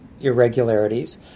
irregularities